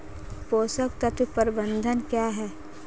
पोषक तत्व प्रबंधन क्या है?